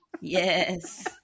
Yes